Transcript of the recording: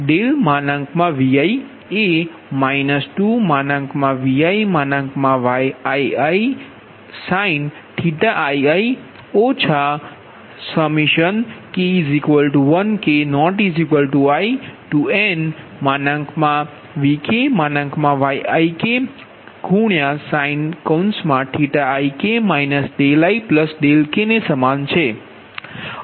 QiViએ 2ViYiisin⁡ ઓછા k1 k≠i nVkYiksin⁡ik ikને સમાન છે